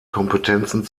kompetenzen